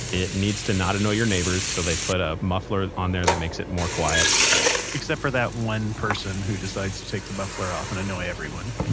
it needs to not annoy your neighbors, so they put a muffler on there that makes it more quiet except for that one person who decides to take the muffler off and annoy everyone.